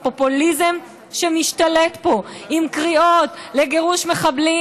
הפופוליזם משתלט פה עם קריאות לגירוש מחבלים,